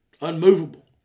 unmovable